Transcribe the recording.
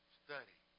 study